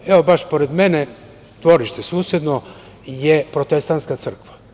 Evo, baš pored mene, dvorište susedno je protestantska crkva.